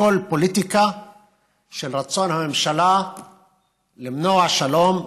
הכול פוליטיקה של רצון הממשלה למנוע שלום,